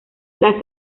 las